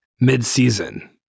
mid-season